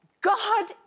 God